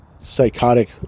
psychotic